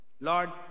Lord